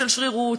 של שרירות,